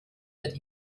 wird